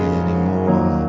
anymore